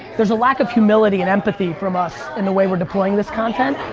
there's a lack of humility and empathy from us in the way we're deploying this content,